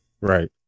Right